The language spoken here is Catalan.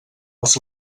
els